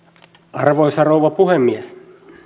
arvoisa rouva puhemies